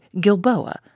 Gilboa